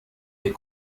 est